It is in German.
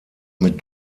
mit